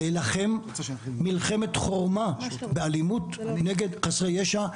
להילחם מלחמת חורמה באלימות כנגד חסרי ישע,